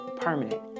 permanent